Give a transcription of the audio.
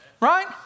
Right